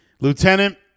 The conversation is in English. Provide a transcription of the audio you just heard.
Lieutenant